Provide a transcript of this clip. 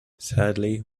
sadly